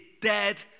dead